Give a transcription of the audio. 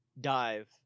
dive